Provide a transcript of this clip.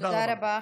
תודה רבה.